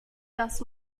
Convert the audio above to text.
das